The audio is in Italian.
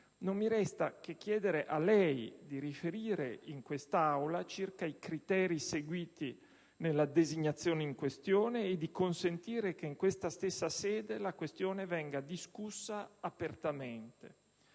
non mi resta che chiedere a lei di riferire in quest'Aula circa i criteri seguiti nella designazione in questione e di consentire che in questa stessa sede la questione venga discussa apertamente.